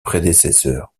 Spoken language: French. prédécesseur